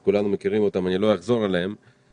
לא אחזור עליהם כי כולנו מכירים אותם.